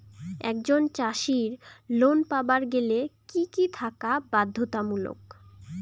একজন চাষীর লোন পাবার গেলে কি কি থাকা বাধ্যতামূলক?